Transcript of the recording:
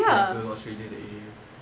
or go australia that area